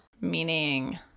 Meaning